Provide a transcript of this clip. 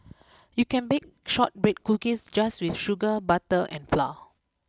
you can bake shortbread cookies just with sugar butter and flour